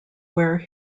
where